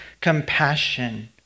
compassion